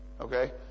Okay